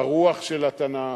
הרוח של התנ"ך,